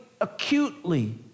acutely